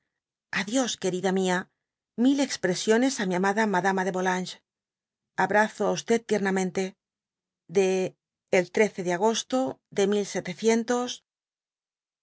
a dios querida mia mil expresiones á mi amada madama de volanges abrazo á tiemameiite de el i de agosto de